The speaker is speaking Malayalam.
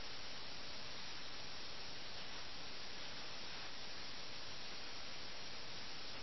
ഇതാണ് കഥയിലെ അവസാന പ്രസ്താവന അവസാനത്തെ ഒരു കൂട്ടം ആശയങ്ങൾ നിശബ്ദത എല്ലായിടത്തും വാഴുന്നു എന്ന് ആഖ്യാതാവ് പറയുന്നു നിശബ്ദത ചുറ്റും വാഴുന്നു